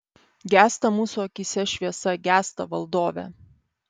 gęsta mūsų akyse šviesa gęsta valdove